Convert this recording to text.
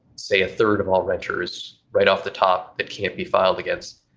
say, a third of all renters right off the top that can't be filed against,